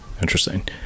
interesting